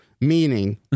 meaning